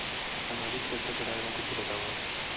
सामाजिक क्षेत्र के बारे मा कुछु बतावव?